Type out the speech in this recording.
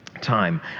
time